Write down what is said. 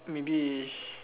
maybe